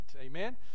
Amen